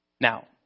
Now